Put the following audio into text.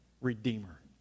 redeemer